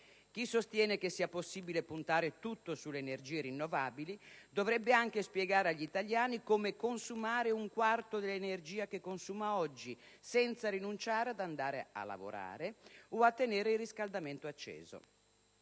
Chi sostiene che sia possibile puntare tutto sulle energie rinnovabili dovrebbe anche spiegare agli italiani come consumare un quarto dell'energia che consuma oggi senza rinunciare ad andare a lavorare o a tenere il riscaldamento acceso;